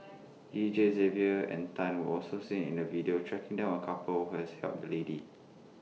Deejays Xavier and Tan were also seen in the video tracking down A couple who has helped the lady